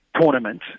tournament